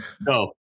No